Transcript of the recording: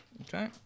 Okay